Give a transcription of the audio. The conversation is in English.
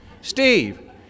Steve